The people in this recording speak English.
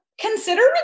Consider